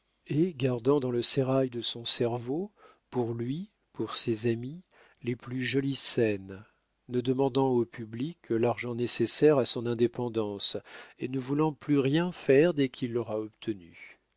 et gardant dans le sérail de son cerveau pour lui pour ses amis les plus jolies scènes ne demandant au public que l'argent nécessaire à son indépendance et ne voulant plus rien faire dès qu'il l'aura obtenu